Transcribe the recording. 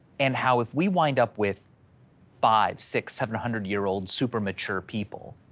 and how if we wind up with five, six, seven hundred year old, super mature people,